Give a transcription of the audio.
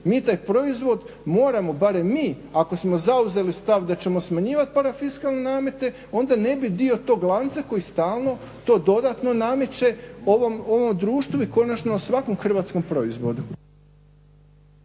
Mi taj proizvod moramo barem mi ako smo zauzeli stav da ćemo smanjivati parafiskalne namete onda ne bi dio tog lanca koji stalno to dodatno nameće ovom društvu i konačno svakom hrvatskom proizvodu.